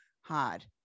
hard